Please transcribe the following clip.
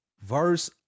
Verse